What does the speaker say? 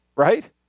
Right